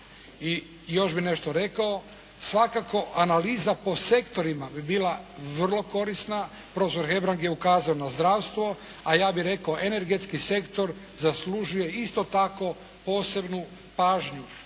I još bih nešto rekao. Svakako analiza po sektorima bi bila vrlo korisna, prof. Hebrang je ukazao na zdravstvo, a ja bih rekao energetski sektor zaslužuje isto tako posebnu pažnju.